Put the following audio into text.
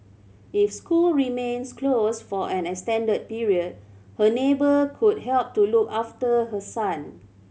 if school remains close for an extended period her neighbour could help to look after her son